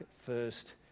first